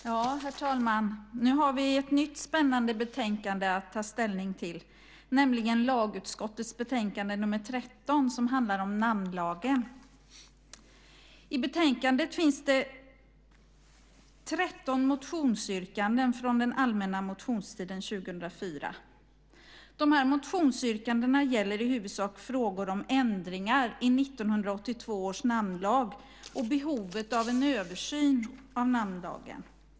Herr talman! Nu har vi ett nytt spännande betänkande att ta ställning till, nämligen lagutskottets betänkande nr 13 som handlar om namnlagen. I betänkandet finns det 13 motionsyrkanden från den allmänna motionstiden 2004. De här motionsyrkandena gäller i huvudsak frågor om ändringar i 1982 års namnlag och behovet av en översyn av namnlagen.